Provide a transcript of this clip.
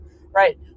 Right